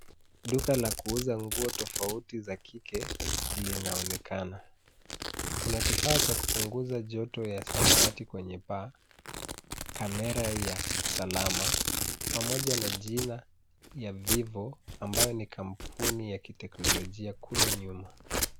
Duka la kuuza nguo tofauti za kike linaonekana. Kuna kifaa cha kupunguza joto ya samawati kwenye paa . Pia kuna kamera ya usalama, pamoja na jina ya vivo ambayo ni kampuni ya kiteknolojia kule nyuma,